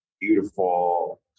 beautiful